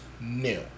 new